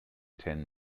ten